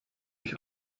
ich